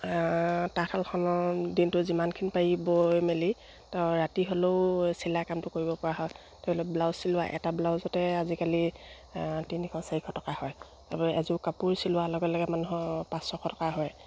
তাঁতশালখনৰ দিনটো যিমানখিনি পাৰি বৈ মেলি ৰাতি হ'লেও চিলাই কামটো কৰিব পৰা হয় ধৰি লওক ব্লাউজ চিলোৱা এটা ব্লাউজতে আজিকালি তিনিশ চাৰিশ টকা হয় তাৰ এযোৰ কাপোৰ চিলোৱাৰ লগে লগে মানুহৰ পাঁচশ টকা হয়